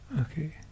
Okay